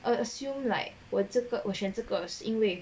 a~ assume like 我这个我选这个因为